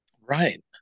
Right